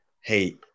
Hey